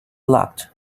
locked